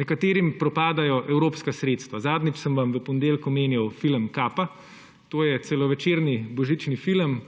Nekaterim propadajo evropska sredstva. Zadnjič, v ponedeljek sem vam omenjal film Kapa. To je celovečerni božični film,